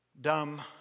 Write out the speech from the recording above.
dumb